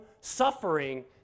suffering